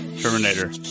Terminator